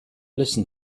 listen